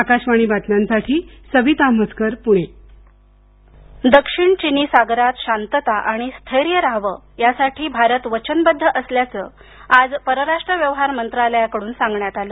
आकाशवाणी बातम्यांसाठी सविता म्हसकर पुणे भारत चिन दक्षिण चिनी सागरात शांतता आणि स्थैर्य रहावं यासाठी भारत वचनबद्ध असल्याचं आज परराष्ट्र व्यवहार मंत्रालयाकडून सांगण्यात आलं